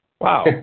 Wow